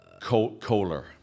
Kohler